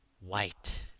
White